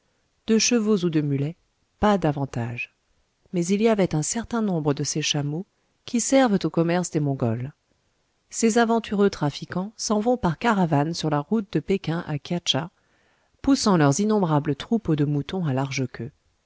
de chevaux ou de mulets pas davantage mais il y avait un certain nombre de ces chameaux qui servent au commerce des mongols ces aventureux trafiquants s'en vont par caravanes sur la route de péking à kiatcha poussant leurs innombrables troupeaux de moutons à large queue